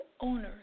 owners